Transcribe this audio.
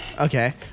Okay